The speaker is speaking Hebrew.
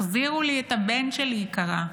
תחזירו לי את הבן שלי, היא קראה.